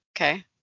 Okay